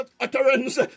utterance